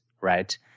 right